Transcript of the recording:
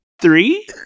Three